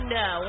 no